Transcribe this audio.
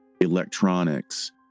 electronics